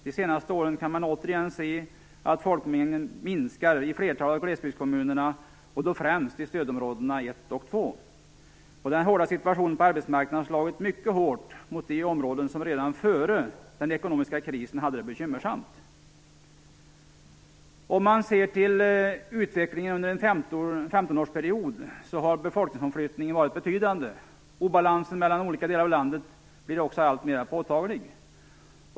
De senaste åren kan man återigen se att folkmängden minskar i flertalet glesbygdskommuner och då främst i stödområdena 1 och 2. Den hårda situationen på arbetsmarknaden har slagit mycket hårt mot de områden som redan före den ekonomiska krisen hade det bekymmersamt. Om man ser till utvecklingen under en 15 årsperiod har befolkningsomflyttningen varit betydande. Obalansen mellan olika delar av landet blir också alltmer påtaglig.